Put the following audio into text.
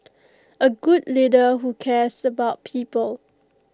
A good leader who cares about people